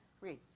Read